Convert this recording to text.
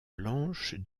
blanche